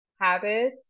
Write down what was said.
habits